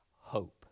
hope